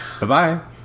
Bye-bye